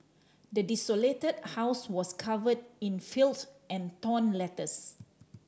the desolated house was covered in filth and torn letters